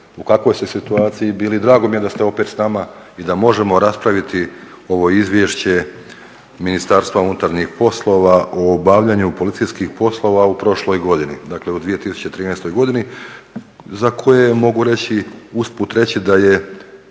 u kakvoj ste situaciji bili i drago mi je da ste opet s nama i da možemo raspraviti ovo Izvješće Ministarstva unutarnjih poslova o obavljanju policijskih poslova u prošloj godini, dakle u 2013. godini za koje mogu usput reći da je